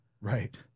right